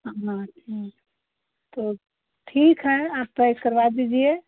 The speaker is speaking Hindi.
हाँ तो ठीक है आप पैक करवा दीजिए